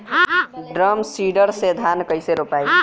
Drum seeder से धान कैसे रोपाई?